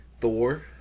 Thor